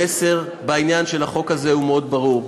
המסר בעניין של החוק הזה הוא מאוד ברור,